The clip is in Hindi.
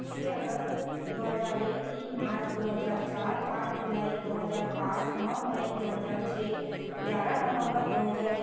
छः अगस्त दो हज़ार एक तीन मार्च दो हज़ार चार पाँच जुलाई दो हज़ार पाँच नौ मई दो हज़ार छः ग्यारह नवम्बर दो हज़ार ग्या